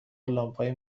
لامپهای